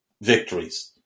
victories